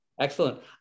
Excellent